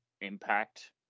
impact